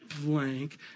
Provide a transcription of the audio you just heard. blank